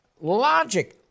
logic